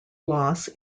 loss